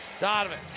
Donovan